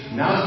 now